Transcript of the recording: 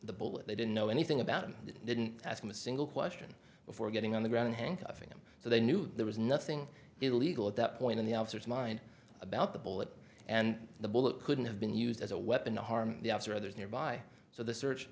the bullet they didn't know anything about and didn't ask him a single question before getting on the ground handcuffing them so they knew there was nothing illegal at that point in the officer's mind about the bullet and the bullet couldn't have been used as a weapon to harm the officer others nearby so the search